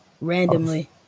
randomly